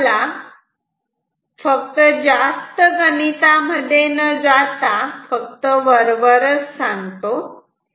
मी तुम्हाला फक्त जास्त गणितामध्ये न जाता वरवरच सांगतो